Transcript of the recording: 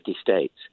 states